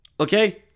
Okay